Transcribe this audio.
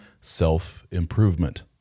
self-improvement